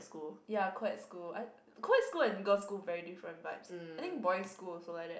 ya co ed school I co ed school and girl's school very different vibes I think boy's school also like that